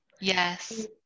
Yes